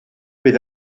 bydd